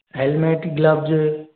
helmet gloves